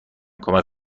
کمک